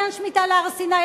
מה עניין שמיטה להר-סיני?